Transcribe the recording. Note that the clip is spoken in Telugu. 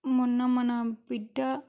మొన్న మన బిడ్డ